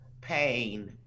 pain